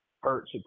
hurt